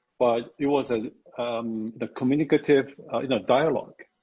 but it was ah um the communicative you know dialogue.